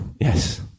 yes